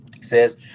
says